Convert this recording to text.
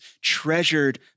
treasured